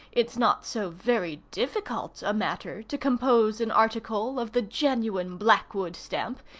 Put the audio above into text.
it's not so very difficult a matter to compose an article of the genuine blackwood stamp,